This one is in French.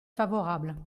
favorable